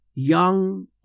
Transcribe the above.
young